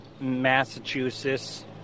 Massachusetts